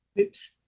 Oops